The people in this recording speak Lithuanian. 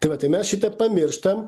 tai va tai mes šitą pamirštam